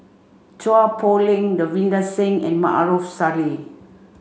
Chua Poh Leng Davinder Singh and Maarof Salleh